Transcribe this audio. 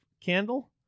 Candle